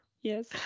Yes